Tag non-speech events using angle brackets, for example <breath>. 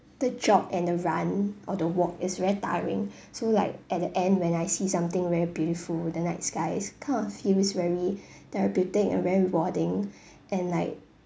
the jog and the run or the walk is very tiring <breath> so like at the end when I see something very beautiful the night skies kind of feels very <breath> therapeutic and very rewarding <breath> and like